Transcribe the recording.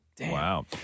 Wow